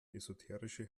esoterische